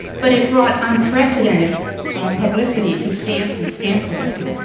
but it brought unprecedented publicity to stamp and stamp collecting.